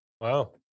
Wow